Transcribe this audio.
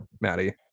Maddie